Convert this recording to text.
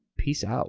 peace out.